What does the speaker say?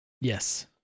Yes